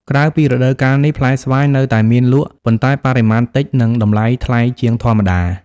ក្រៅពីរដូវកាលនេះ ផ្លែស្វាយនៅតែមានលក់ ប៉ុន្តែបរិមាណតិច និងតម្លៃថ្លៃជាងធម្មតា។